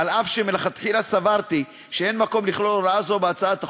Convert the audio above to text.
אף שמלכתחילה סברתי שאין מקום לכלול הוראה זו בהצעת החוק,